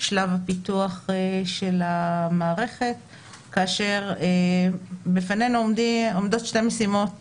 שלב הפיתוח של המערכת כאשר לפנינו עומדות שתי משימות